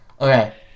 Okay